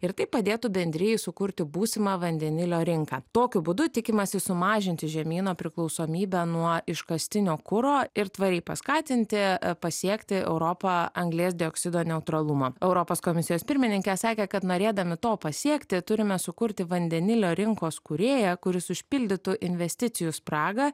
ir tai padėtų bendrijai sukurti būsimą vandenilio rinką tokiu būdu tikimasi sumažinti žemyno priklausomybę nuo iškastinio kuro ir tvariai paskatinti pasiekti europą anglies dioksido neutralumą europos komisijos pirmininkė sakė kad norėdami to pasiekti turime sukurti vandenilio rinkos kūrėją kuris užpildytų investicijų spragą